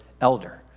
elder